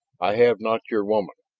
i have not your woman.